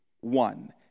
one